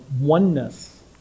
oneness